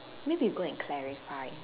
maybe go and clarify